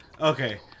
Okay